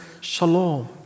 shalom